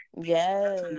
yes